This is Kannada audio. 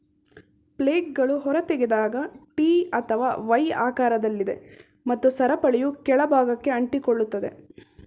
ಫ್ಲೇಲ್ಗಳು ಹೊರತೆಗೆದಾಗ ಟಿ ಅಥವಾ ವೈ ಆಕಾರದಲ್ಲಿದೆ ಮತ್ತು ಸರಪಳಿಯು ಕೆಳ ಭಾಗಕ್ಕೆ ಅಂಟಿಕೊಳ್ಳುತ್ತದೆ